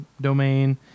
domain